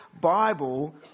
Bible